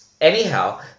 Anyhow